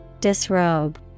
Disrobe